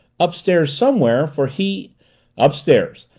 upstairs somewhere, for he upstairs!